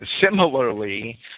similarly